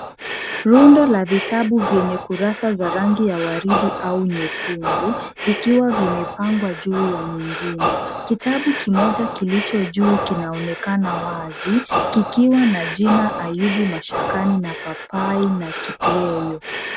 Rundo la vitabu vyenye kurasa za rangi ya waridi au nyekundu vikiwa vimepangwa juu ya nyingine. Kitabu kimoja kilicho juu kinaonekana wazi, kikiwa na jina Ayubu Mashakani na Papai na Kipyeyo.